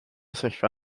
sefyllfa